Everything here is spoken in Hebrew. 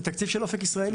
זה תקציב של אופק ישראלי.